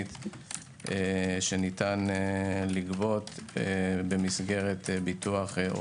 אני מנהל אגף שעוסק בתחום התחבורה במשרד מבקר